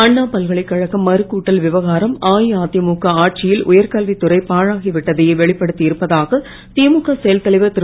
அண்ணா பல்கலைக்கழக மறுகூட்டல் விவகாரம் அஇஅதிமுக ஆட்சியில் உயர்கல்வித் துறை பாழாகி விட்டதையே வெளிப்படுத்தியிருப்பதாக இமுக திரு